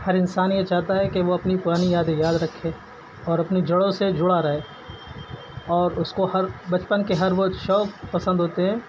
ہر انسان یہ چاہتا ہے کہ وہ اپنی پرانی یادیں یاد رکھے اور اپنی جڑوں سے جڑا رہے اور اس کو ہر بچپن کے ہر وہ شوق پسند ہوتے ہیں